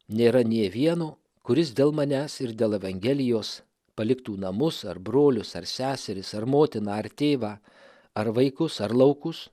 nėra nė vieno kuris dėl manęs ir dėl evangelijos paliktų namus ar brolius ar seseris ar motiną ar tėvą ar vaikus ar laukus